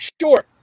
sure